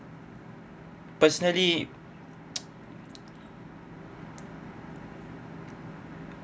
personally